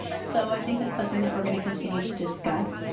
so i think that's something that we're gonna continue to discuss,